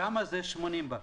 שם זה 80 בר,